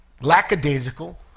lackadaisical